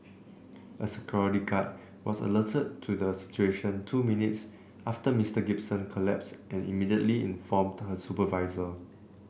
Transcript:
a security guard was alerted to the situation two minutes after Mr Gibson collapsed and immediately informed her supervisor